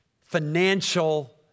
financial